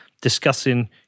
discussing